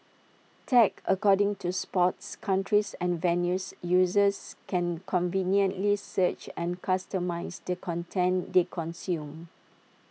tagged according to sports countries and venues users can conveniently search and customise the content they consume